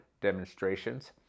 demonstrations